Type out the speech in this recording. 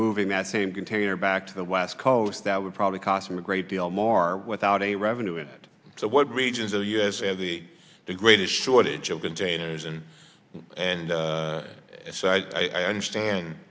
moving that same container back to the west coast that would probably cost them a great deal more without any revenue it so what regions of the u s and the the greatest shortage of containers and and so i understand